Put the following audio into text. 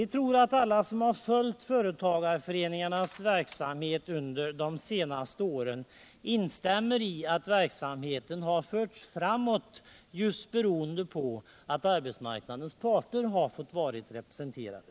Vi tror att alla som följt företagarföreningarnas verksamhet under de senaste åren instämmer i att verksamheten förts Nr 56 framåt just beroende på att arbetsmarknadens parter fått vara representerade.